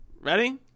Ready